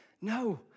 No